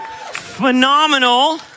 phenomenal